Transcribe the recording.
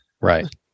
Right